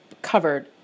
Covered